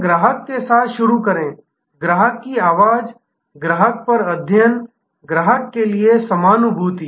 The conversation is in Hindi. तो ग्राहक के साथ शुरू करें ग्राहक की आवाज ग्राहक पर अध्ययन ग्राहक के लिए समानुभूति